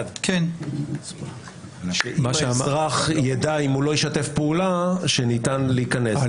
אם אזרח ידע שאם הוא לא משתף פעולה, ניתן להיכנס.